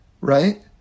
right